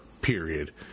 period